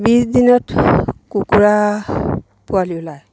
বিছ দিনত কুকুৰা পোৱালি ওলায়